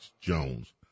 Jones